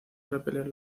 repeler